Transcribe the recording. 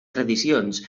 tradicions